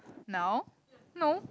now no